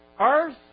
earth